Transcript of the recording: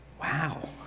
Wow